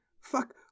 fuck